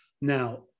Now